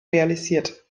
realisiert